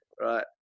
right